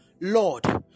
Lord